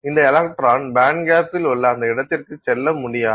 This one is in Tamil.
இந்த எலக்ட்ரான் பேண்ட்கேப்பில் உள்ள அந்த இடத்திற்கு செல்ல முடியாது